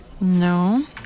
No